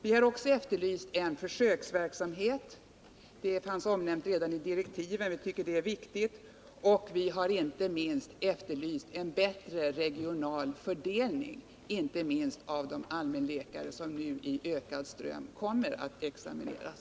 Vi har också efterlyst en försöksverksamhet med olika modeller —-det fanns omnämnt redan i direktiven till husläkarutredningen —, och vi tycker det är viktigt. Vi har dessutom efterlyst en bättre regional fördelning, inte minst av de allmänläkare som nu i ökad ström kommer att färdigutbildas.